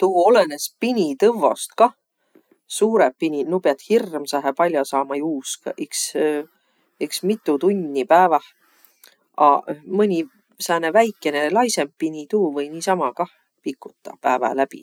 Tuu olõnõs pinitõvvost kaq. Suurõq piniq nu piät hirmsahe pall'o saama juuskõq, iks iks mitu tunni pääväh. Aq mõni sääne väikene laisemp pini tuu või niisama kah pikutaq pääväq läbi.